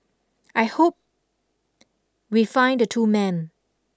I hope we find the two men